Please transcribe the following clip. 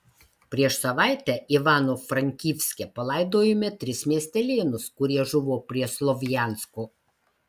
prieš savaitę ivano frankivske palaidojome tris miestelėnus kurie žuvo prie slovjansko